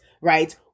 right